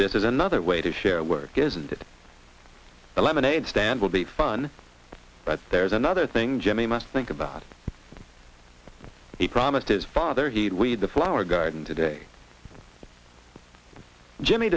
this is another way to share work is that the lemonade stand will be fun but there's another thing jimmy must think about he promised his father he'd weed the flower garden today jimmy